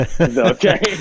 okay